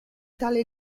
tale